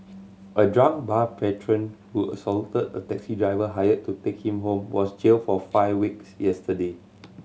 a drunk bar patron who assaulted a taxi driver hired to take him home was jailed for five weeks yesterday